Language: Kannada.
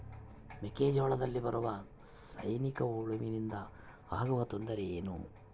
ಮೆಕ್ಕೆಜೋಳದಲ್ಲಿ ಬರುವ ಸೈನಿಕಹುಳುವಿನಿಂದ ಆಗುವ ತೊಂದರೆ ಏನು?